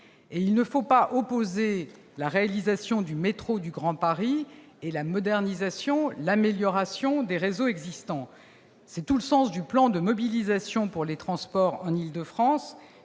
Il ne faut pas opposer la réalisation du métro du Grand Paris et la modernisation, l'amélioration des réseaux existants. C'est tout le sens du plan de mobilisation pour les transports en Île-de-France